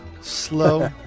slow